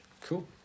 cool